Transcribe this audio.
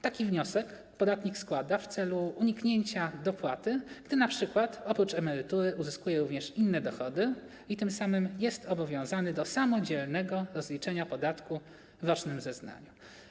Taki wniosek podatnik składa w celu uniknięcia dopłaty, np. gdy oprócz emerytury uzyskuje również inne dochody i tym samym jest obowiązany do samodzielnego rozliczenia podatku w rocznym zeznaniu.